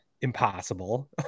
impossible